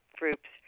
groups